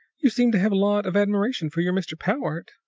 you seem to have a lot of admiration for your mr. powart,